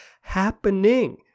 happening